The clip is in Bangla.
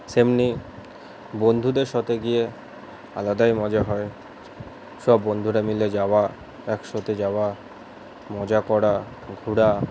তেমনি বন্ধুদের সাথে গিয়ে আলাদাই মজা হয় সব বন্ধুরা মিলে যাওয়া একসাথে যাওয়া মজা করা ঘুরা